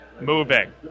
moving